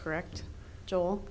correct joel